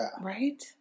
Right